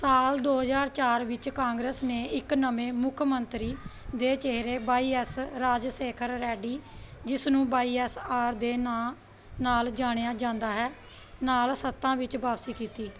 ਸਾਲ ਦੋ ਹਜ਼ਾਰ ਚਾਰ ਵਿੱਚ ਕਾਂਗਰਸ ਨੇ ਇੱਕ ਨਵੇਂ ਮੁੱਖ ਮੰਤਰੀ ਦੇ ਚਿਹਰੇ ਵਾਈ ਐੱਸ ਰਾਜ ਸ਼ੇਖਰ ਰੈੱਡੀ ਜਿਸ ਨੂੰ ਵਾਈ ਐੱਸ ਆਰ ਦੇ ਨਾਂ ਨਾਲ ਜਾਣਿਆ ਜਾਂਦਾ ਹੈ ਨਾਲ ਸੱਤਾ ਵਿੱਚ ਵਾਪਸੀ ਕੀਤੀ